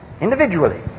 individually